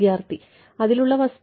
വിദ്യാർത്ഥി അതിലുള്ള വസ്തു